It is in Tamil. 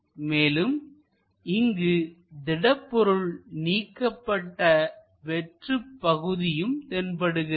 மேலும் இங்கு திடப்பொருள் நீக்கப்பட்ட வெற்றுப் பகுதியும் தென்படுகிறது